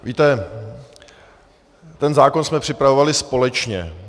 Víte, ten zákon jsme připravovali společně.